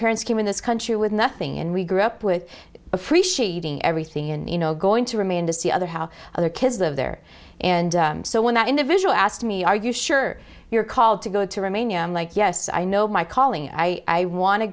parents came in this country with nothing and we grew up with appreciating everything and you know going to remain to see other how other kids live there and so when that individual asked me are you sure you're called to go to remain a i'm like yes i know my calling i want to